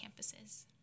campuses